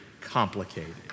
complicated